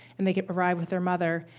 and they get a ride with their mother.